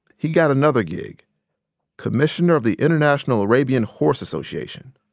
he got another gig commissioner of the international arabian horse association.